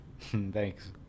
Thanks